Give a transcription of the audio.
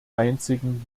einzigen